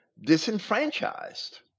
disenfranchised